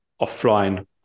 offline